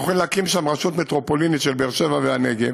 אנחנו הולכים להקים שם רשות מטרופולינית של באר שבע והנגב,